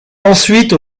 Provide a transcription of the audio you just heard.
ensuite